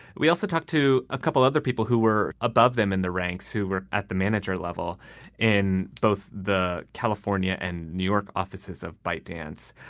we also talked to a couple other people who were above them in the ranks who were at the manager level in both the california and new york offices of byt dance.